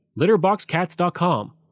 LitterboxCats.com